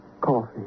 coffee